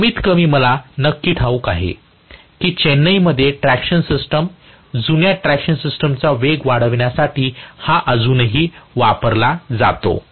कमीतकमी मला नक्की ठाऊक आहे की चेन्नईमध्ये ट्रॅक्शन सिस्टम जुन्या ट्रॅक्शन सिस्टमचा वेग वाढविण्यासाठी हा अजूनही वापरला जातो